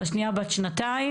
השנייה בת שנתיים,